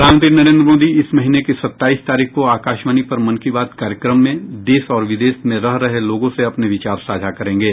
प्रधानमंत्री नरेन्द्र मोदी इस महीने की सत्ताईस तारीख को आकाशवाणी पर मन की बात कार्यक्रम में देश और विदेश में रह रहे लोगों से अपने विचार साझा करेंगे